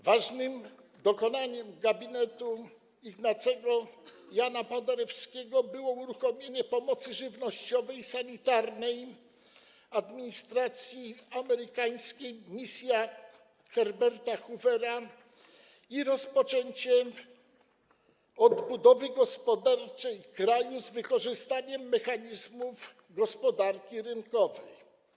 Ważnymi dokonaniami gabinetu Ignacego Jana Paderewskiego były uruchomienie pomocy żywnościowej i sanitarnej - chodzi o administrację amerykańską, misję Herberta Hoovera - oraz rozpoczęcie odbudowy gospodarczej kraju z wykorzystaniem mechanizmów gospodarki rynkowej.